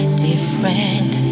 different